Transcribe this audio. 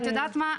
את יודעת מה?